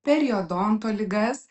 periodonto ligas